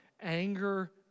anger